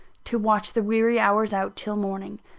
to watch the weary hours out till morning.